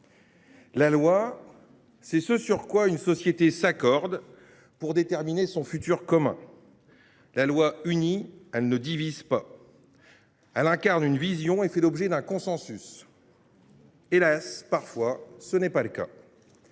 La loi, c’est ce sur quoi une société s’accorde pour déterminer son futur commun. La loi unit ; elle ne divise pas. Elle incarne une vision et fait l’objet d’un consensus. Hélas, parfois, ce n’est pas le cas.